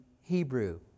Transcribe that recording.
Hebrew